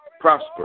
prosper